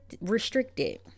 restricted